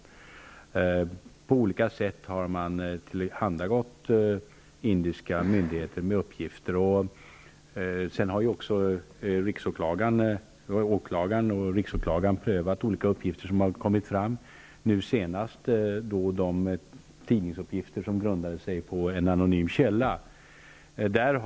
Man har på olika sätt tillhanda gått indiska myndigheter med uppgifter. Riksåklagaren och åklagarna har prövat olika uppgifter som har kommit fram. Senast gällde det de tidningsupgifter som grundade sig på en anonym källa.